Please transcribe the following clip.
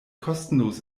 kostenlos